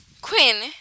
Quinn